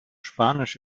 spanisch